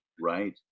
Right